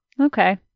Okay